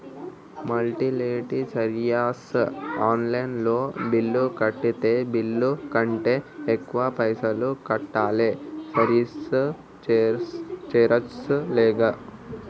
Utility service online లో bill కడితే bill కంటే ఎక్కువ పైసల్ కట్టాలా సర్వీస్ చార్జెస్ లాగా?